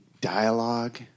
dialogue